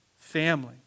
Family